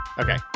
Okay